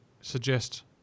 suggest